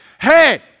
Hey